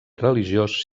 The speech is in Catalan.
religiós